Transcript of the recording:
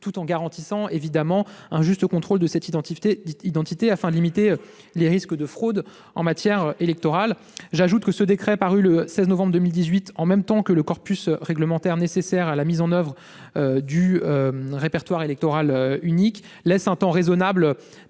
tout en garantissant un juste contrôle de cette identité, afin de limiter les risques de fraude en matière électorale. De plus, le décret paru le 16 novembre dernier, en même temps que le corpus réglementaire nécessaire à la mise en oeuvre du répertoire électoral unique, laisse à tous les